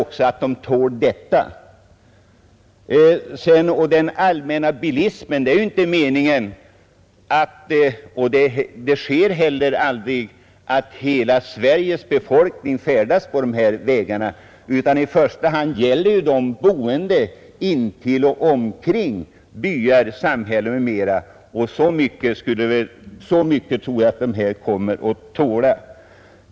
Herr Hansson talar om den allmänna bilismen, men det är icke meningen — och det förekommer heller aldrig — att hela Sveriges befolkning skulle färdas på dessa vägar utan det är i första hand fråga om människor som bor i byar och samhällen i närheten. Så mycket allmän trafik tror jag att skogsbilvägarna kommer att tåla.